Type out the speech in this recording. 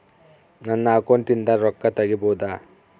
ನನ್ನ ಅಕೌಂಟಿಂದ ರೊಕ್ಕ ತಗಿಬಹುದಾ?